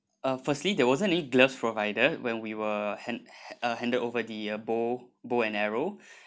uh firstly there wasn't any gloves provided when we were hand ha~ uh handed over the bow bow and arrow